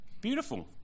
Beautiful